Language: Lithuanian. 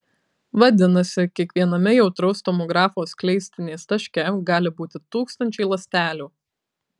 vadinasi kiekviename jautraus tomografo skleistinės taške gali būti tūkstančiai ląstelių